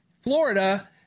Florida